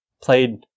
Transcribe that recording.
played